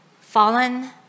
fallen